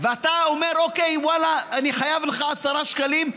ואתה אומר: אוקיי, ואללה, אני חייב לך 10 שקלים.